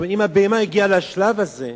אם הבהמה הגיעה לשלב הזה,